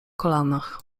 kolanach